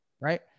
right